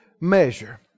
measure